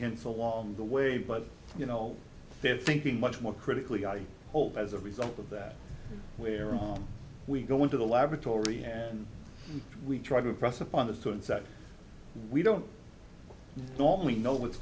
hints along the way but you know they're thinking much more critically i hope as a result of that where we go into the laboratory and we try to impress upon the students that we don't normally know what's